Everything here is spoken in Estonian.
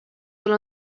tal